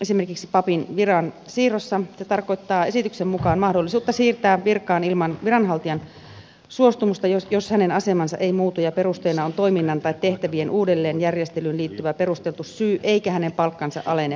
esimerkiksi papin viran siirrossa se tarkoittaa esityksen mukaan mahdollisuutta siirtää virkaan ilman viranhaltijan suostumusta jos hänen asemansa ei muutu ja perusteena on toiminnan tai tehtävien uudelleenjärjestelyyn liittyvä perusteltu syy eikä hänen palkkansa alene